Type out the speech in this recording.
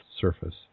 surface